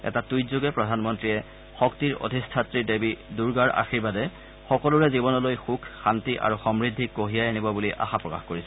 এটা টুইটযোগে প্ৰধানমন্ত্ৰীয়ে শক্তিৰ অধিষ্ঠাত্ৰী দেৱী দুৰ্গাৰ আশীৰ্বাদে সকলোৰে জীৱনলৈ সুখ শান্তি আৰু সমূদ্ধি কঢ়িয়াই আনিব বুলি আশা প্ৰকাশ কৰিছে